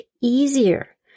easier